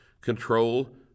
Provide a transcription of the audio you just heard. Control